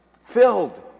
Filled